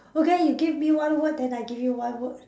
okay you give me one word then I give you one word